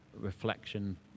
Reflection